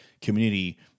community